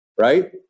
right